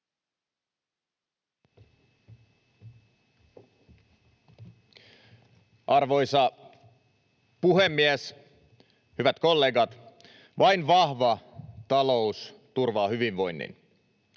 Arvoisa puhemies! Hyvät kollegat! Vain vahva talous turvaa hyvinvoinnin.